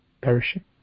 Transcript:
perishing